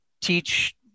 teach